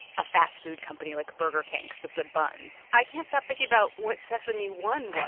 a fast-food company like burger king because of the buns i can't stop thinking about what sesame one was